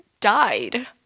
died